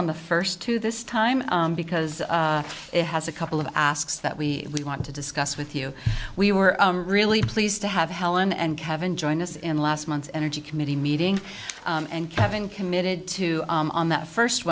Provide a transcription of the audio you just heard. on the first two this time because it has a couple of asks that we want to discuss with you we were really pleased to have helen and kevin join us in last month's energy committee meeting and kevin committed to on that first